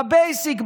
בבייסיק,